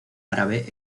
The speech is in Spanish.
árabe